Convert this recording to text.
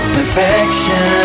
Perfection